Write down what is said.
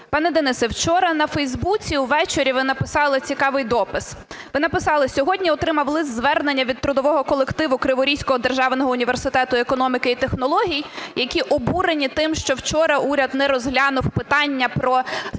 Пане Денисе, вчора на Facebook увечері ви написали цікавий допис. Ви написали: "Сьогодні отримав лист-звернення від трудового колективу Криворізького державного університету економіки і технологій, які обурені тим, що вчора уряд не розглянув питання про